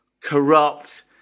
Corrupt